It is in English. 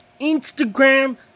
Instagram